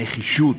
נחישות,